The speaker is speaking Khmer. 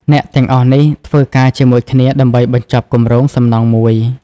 អ្នកទាំងអស់នេះធ្វើការជាមួយគ្នាដើម្បីបញ្ចប់គម្រោងសំណង់មួយ។